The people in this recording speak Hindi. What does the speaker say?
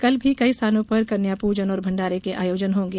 कल भी कई स्थानों पर कन्या पूजन और भण्डारे के आयोजन होंगे